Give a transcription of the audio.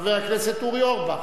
חבר הכנסת אורי אורבך.